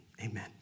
amen